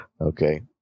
okay